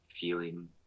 feeling